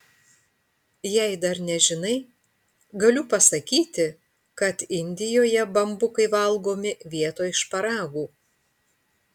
jei dar nežinai galiu pasakyti kad indijoje bambukai valgomi vietoj šparagų